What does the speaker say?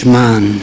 man